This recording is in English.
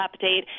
update